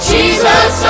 Jesus